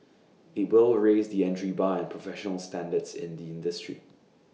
IT will raise the entry bar and professional standards in the industry